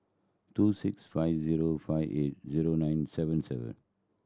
two six five zero five eight zero nine seven seven